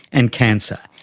and cancer,